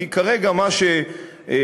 כי כרגע מה שמוגדר,